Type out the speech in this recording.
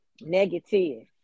negative